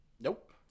Nope